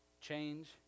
change